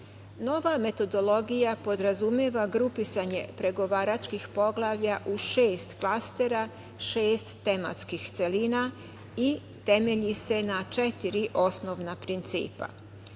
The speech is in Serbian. metodologija podrazumeva grupisanje pregovaračkih poglavlja u šest klastera, šest tematskih celina i temelji se na četiri osnovna principa